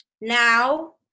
now